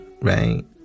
right